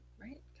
right